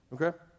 okay